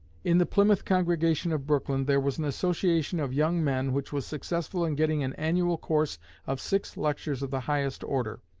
in the plymouth congregation of brooklyn there was an association of young men which was successful in getting an annual course of six lectures of the highest order.